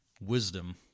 wisdom